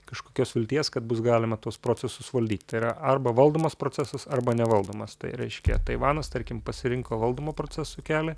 kažkokios vilties kad bus galima tuos procesus valdyt tai yra arba valdomas procesas arba nevaldomas tai reiškia taivanas tarkim pasirinko valdomo proceso kelią